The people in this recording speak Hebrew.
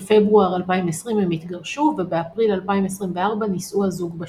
בפברואר 2020 הם התגרשו ובאפריל 2024 נישאו הזוג בשנית.